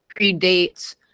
predates